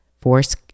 force